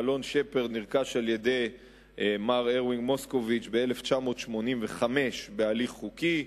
מלון "שפרד" נרכש על-ידי מר ארווינג מוסקוביץ ב-1985 בהליך חוקי,